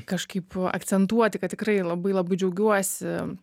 kažkaip akcentuoti kad tikrai labai labai džiaugiuosi